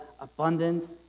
abundance